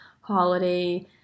holiday